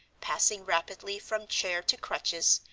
passing rapidly from chair to crutches,